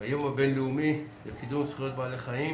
היום הבין לאומי לקידום זכויות בעלי חיים